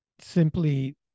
simply